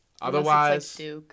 Otherwise